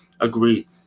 agreed